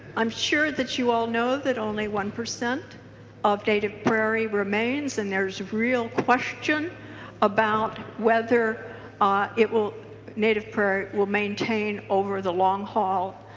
um sure that you all know that only one percent of native prairie remains and there's real questions about whether ah it will native prairie will maintain over the long haul.